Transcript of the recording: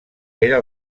era